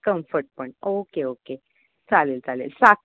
comfort पण okay okay चालेल चालेल सात